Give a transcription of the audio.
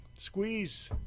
Squeeze